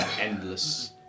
endless